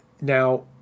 Now